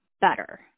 better